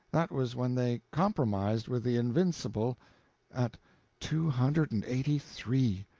that was when they compromised with the invincible at two hundred and eighty three!